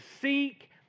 seek